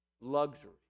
luxury